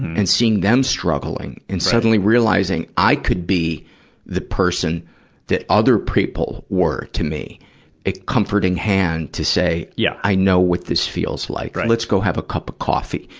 and seeing them struggling, and suddenly realizing, i could be the person that other people were to me a comforting hand to say, yeah i know what this feels like. let's go have a cup of coffee.